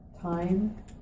time